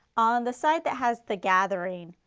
on the side that has the gathering,